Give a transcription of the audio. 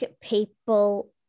people